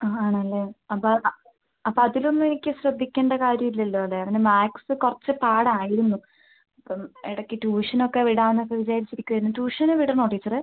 ആ ആണല്ലേ അപ്പം ആ അപ്പം അതിലൊന്നും എനിക്ക് ശ്രദ്ധിക്കേണ്ട കാര്യം ഇല്ലല്ലോ അതെ അവന് മാത്സ് കുറച്ച് പാടായിരുന്നു ഇപ്പം ഇടയ്ക്ക് ട്യൂഷൻ ഒക്കെ വിടാമെന്നൊക്കെ വിചാരിച്ചു ഇരിക്കുകയായിരുന്നു ട്യൂഷന് വിടണോ ടീച്ചറേ